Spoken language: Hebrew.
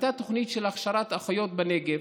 הייתה תוכנית להכשרת אחיות בנגב,